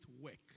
work